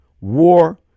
war